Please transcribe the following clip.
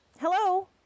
Hello